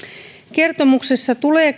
kertomuksessa tulee